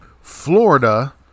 Florida